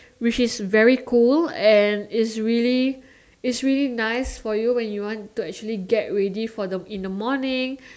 which is very cool and is really is really nice for you when you want to actually get ready for the in the morning